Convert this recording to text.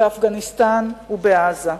באפגניסטן ובעזה.